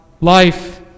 life